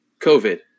COVID